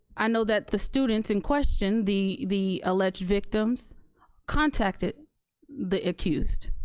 i know that the students in question, the the alleged victims contacted the accused.